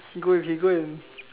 he go he go and